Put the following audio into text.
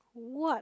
what